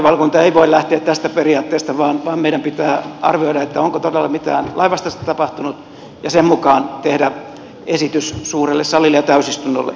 perustuslakivaliokunta ei voi lähteä tästä periaatteesta vaan meidän pitää arvioida onko todella mitään lainvastaista tapahtunut ja sen mukaan tehdä esitys suurelle salille ja täysistunnolle